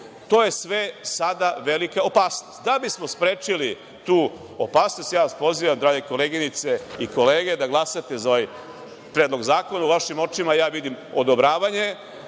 to je sve sada velika opasnost. Da bismo sprečili tu opasnost, ja vas pozivam, drage koleginice i kolege, da glasate za ovaj predlog zakona. U vašim očima ja vidim odobravanje,